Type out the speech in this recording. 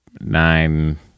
nine